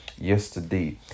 yesterday